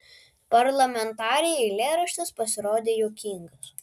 parlamentarei eilėraštis pasirodė juokingas